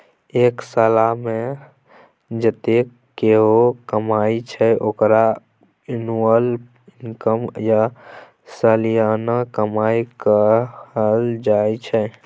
एक सालमे जतेक केओ कमाइ छै ओकरा एनुअल इनकम या सलियाना कमाई कहल जाइ छै